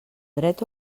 dret